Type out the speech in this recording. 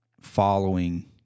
following